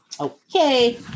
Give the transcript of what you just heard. Okay